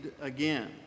again